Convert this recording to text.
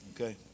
Okay